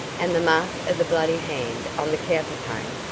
and the mark of the bloody hand on the counterpane,